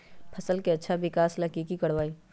फसल के अच्छा विकास ला की करवाई?